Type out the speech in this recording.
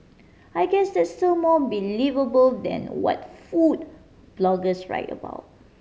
I guess that's still more believable than what food bloggers write about